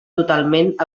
totalment